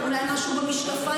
אולי משהו במשקפיים,